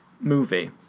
movie